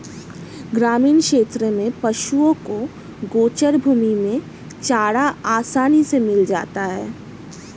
ग्रामीण क्षेत्रों में पशुओं को गोचर भूमि में चारा आसानी से मिल जाता है